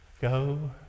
go